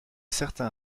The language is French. certain